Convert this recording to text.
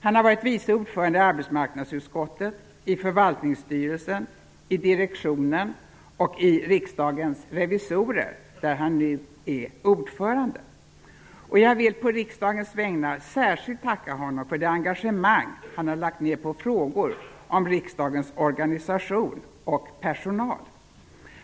Han har varit vice ordförande i arbetsmarknadsutskottet, i förvaltningsstyrelsen, i direktionen och i Riksdagens revisorer, där han nu är ordförande. Jag vill på riksdagens vägnar särskilt tacka honom för det engagemang han har lagt ned på frågor om riksdagens organisation och personal.